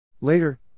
Later